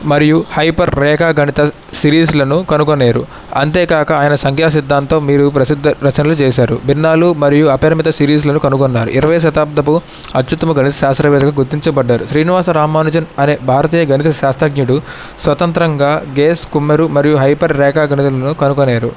మరియు హైపర్ రేఖాగణిత సిరీస్లను కనుగొన్నారు అంతేకాక అయన సంఖ్యా సిద్ధాంతం మీరు ప్రసిద్ధ రచనలు చేసారు భిన్నాలు మరియు అపరిమిత సిరీస్లను కనుగొన్నారు ఇరవైయవ శతాబ్దపు అత్యుత్తమ గణిత శాస్త్రవేత్తగా గుర్తించబడ్డారు శ్రీనివాస రామానుజన్ అనే భారతీయ గణిత శాస్త్రజ్ఞుడు స్వతంత్రంగా గేస్ కుమ్మెరు మరియు హైపర్ రేఖాగణితలను కనుగొన్నారు